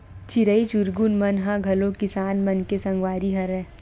चिरई चिरगुन मन ह घलो किसान मन के संगवारी हरय